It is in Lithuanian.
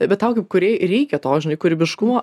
bet tau kaip kūrėjai reikia dažnai kūrybiškumo